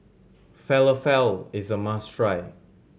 falafel is a must try